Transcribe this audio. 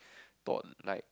thought like